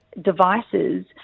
devices